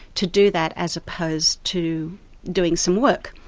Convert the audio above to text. to do that as opposed to doing some work,